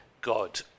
God